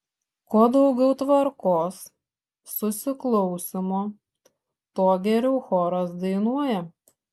kuo daugiau tvarkos susiklausymo tuo geriau choras dainuoja